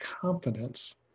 confidence